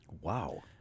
Wow